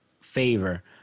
favor